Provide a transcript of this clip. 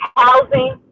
housing